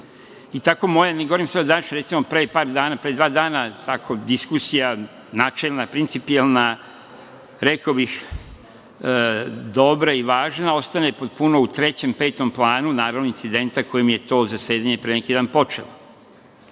i tako moje, ne govorim sada o današnjoj, pre par dana, pre dva dana, diskusija, načelna, principijelna, rekao bih, dobra i važna, ostane potpuno u trećem, petom planu, naravno, incidenta kojim je to zasedanje pre neki dan počelo.